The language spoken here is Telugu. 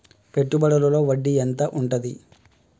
పెట్టుబడుల లో వడ్డీ ఎంత ఉంటది?